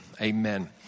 amen